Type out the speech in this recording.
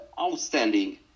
outstanding